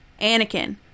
Anakin